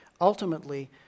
ultimately